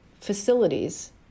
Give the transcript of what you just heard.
facilities